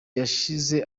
yashize